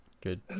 good